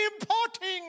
importing